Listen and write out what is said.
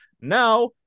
Now